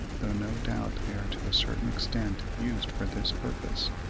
though no doubt they are to a certain extent used for this purpose.